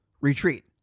retreat